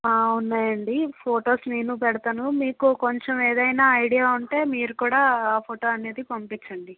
ఉన్నాయండి ఫొటోస్ నేనూ పెడతాను మీకూ కొంచం ఏదైనా ఐడియా ఉంటే మీరు కూడా ఫోటో అనేది పంపిచ్చండి